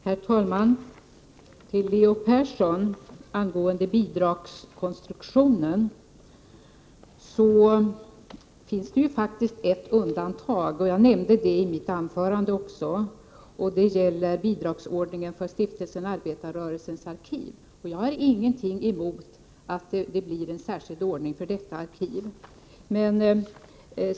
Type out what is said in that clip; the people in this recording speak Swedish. Herr talman! Jag vill till Leo Persson säga följande angående bidragskonstruktionen. Det finns faktiskt ett undantag, vilket jag nämnde i mitt anförande, och det gäller bidragsordningen för Stiftelsen Arbetarrörelsens arkiv. Jag har inget emot att det blir en särskild ordning för detta arkiv.